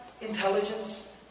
intelligence